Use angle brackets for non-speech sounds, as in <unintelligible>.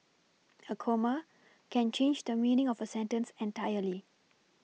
a comma a <unintelligible> a comma a comma can change the meaning of a sentence entirely